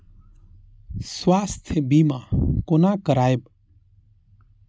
स्वास्थ्य सीमा कोना करायब?